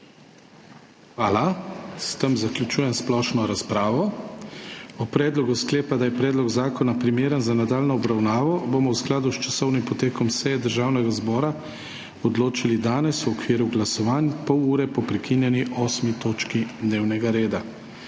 Hvala. S tem zaključujem splošno razpravo. O predlogu sklepa, da je predlog zakona primeren za nadaljnjo obravnavo, bomo v skladu s časovnim potekom seje Državnega zbora odločali danes v okviru glasovanj, pol ure po prekinjeni 8. točki dnevnega reda.